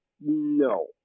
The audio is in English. No